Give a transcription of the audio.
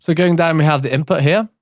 so going down, we have the input here,